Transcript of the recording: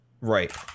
Right